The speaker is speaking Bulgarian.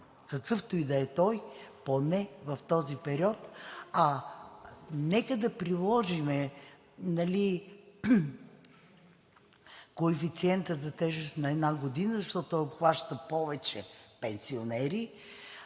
какъвто и да е той поне в този период, а нека да приложим коефициента за тежест на една година, защото той обхваща повече пенсионери,